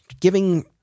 giving